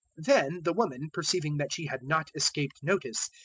then the woman, perceiving that she had not escaped notice,